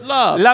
love